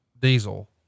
diesel